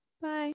Bye